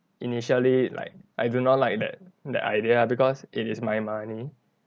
initially like I do not like that the idea lah because it is my money